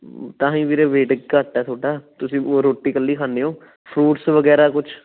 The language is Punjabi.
ਤਾਂ ਹੀ ਵੀਰੇ ਵੇਟ ਘੱਟ ਹੈ ਤੁਹਾਡਾ ਤੁਸੀਂ ਓ ਰੋਟੀ ਇਕੱਲੀ ਖਾਨੇ ਹੋ ਫਰੂਟਸ ਵਗੈਰਾ ਕੁਛ